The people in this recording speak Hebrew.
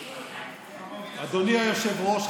אדוני היושב-ראש,